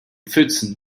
pfützen